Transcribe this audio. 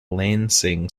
lansing